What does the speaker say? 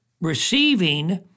receiving